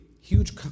huge